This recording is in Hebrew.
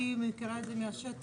היא מכירה את זה מהשטח.